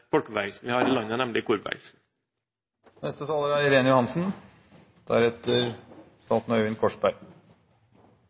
vi har i landet, nemlig korbevegelsen. Regjeringens kulturløft er